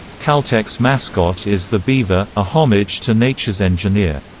caltech's mascot is the beaver, a homage to nature's engineer.